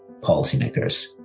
policymakers